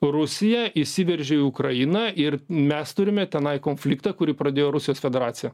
rusija įsiveržė į ukrainą ir mes turime tenai konfliktą kurį pradėjo rusijos federacija